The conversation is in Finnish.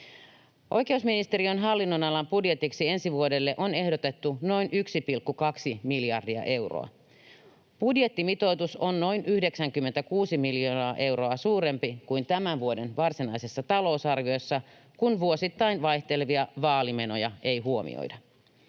Oikeusministeriön hallinnonalan budjetiksi ensi vuodelle on ehdotettu noin 1,2 miljardia euroa. Budjettimitoitus on noin 96 miljoonaa euroa suurempi kuin tämän vuoden varsinaisessa talousarviossa, kun vuosittain vaihtelevia vaalimenoja ei huomioida.